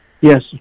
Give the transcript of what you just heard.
yes